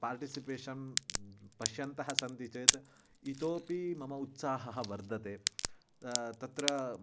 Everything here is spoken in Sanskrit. पर्टिसिपेशन् पश्यन्तः सन्ति चेत् इतोऽपि मम उत्साहः वर्धते तत्र